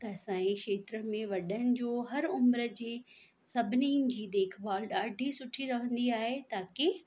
त असांजे क्षेत्र में वॾनि जो हर उमिरि जे सभिनीनि जी देखभाल ॾाढी सुठी रहंदी आहे ताकि